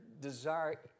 desire